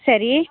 ಸರಿ